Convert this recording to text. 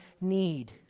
need